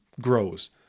grows